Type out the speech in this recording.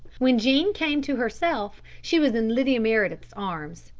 when jean came to herself she was in lydia meredith's arms.